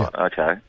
Okay